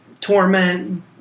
torment